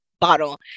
bottle